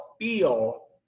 feel